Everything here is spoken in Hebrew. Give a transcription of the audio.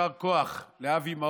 יישר כוח לאבי מעוז.